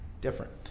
different